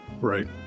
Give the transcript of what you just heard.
Right